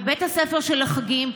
ובית הספר של החגים,